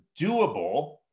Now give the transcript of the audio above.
doable